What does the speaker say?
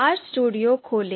RStudio खोलें